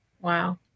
Wow